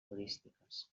turístiques